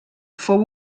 fou